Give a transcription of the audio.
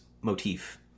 motif